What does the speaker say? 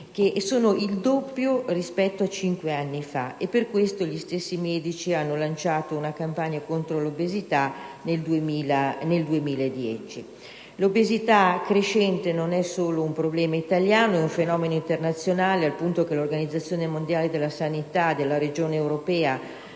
obese, il doppio rispetto a cinque anni fa. Per questo gli stessi medici hanno lanciato una campagna contro l'obesità per il 2010. L'obesità crescente non è solo un problema italiano: è un fenomeno internazionale, al punto che l'Organizzazione mondiale della sanità, Ufficio regionale per